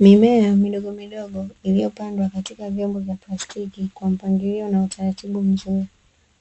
Mimea midogo midogo iliyopandwa katika vyombo vya plastiki, kwa mpangilio na utaratibu mzuri,